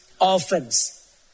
orphans